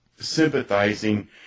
sympathizing